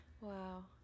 wow